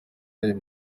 ayo